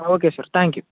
okay sir thank you